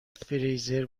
فریزر